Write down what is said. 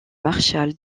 maréchal